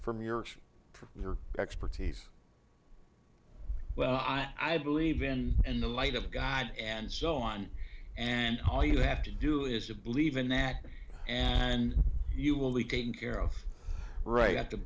from your from your expertise well i believe in in the light of god and so on and all you have to do is to believe in that and you will be getting care of right to